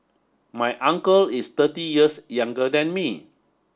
my uncle is thirty years younger than me